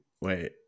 Wait